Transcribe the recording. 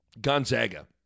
Gonzaga